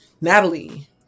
Natalie